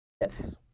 Yes